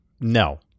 No